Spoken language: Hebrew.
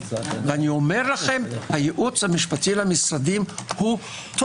אני אומר לכם - הייעוץ המשפטי למשרדים טוב.